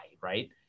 right